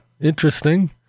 interesting